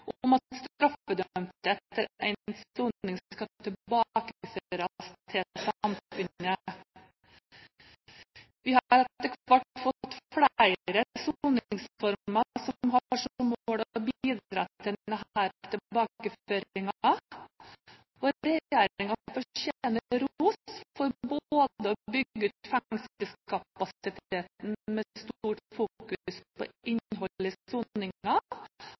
om at straffedømte etter endt soning skal tilbakeføres til samfunnet. Vi har etter hvert fått flere soningsformer som har som mål å bidra til denne tilbakeføringen. Regjeringen fortjener ros for både å bygge ut fengselskapasiteten med stort fokus på